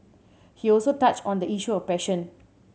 he also touched on the issue of passion